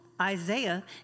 Isaiah